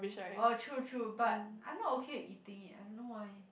oh true true but I'm not okay with eating it I don't know why